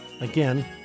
Again